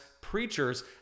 preachers